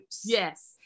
Yes